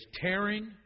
tearing